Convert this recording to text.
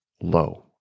low